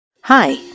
Hi